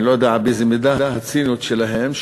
אני לא יודע באיזה מידה הציניות שלהם,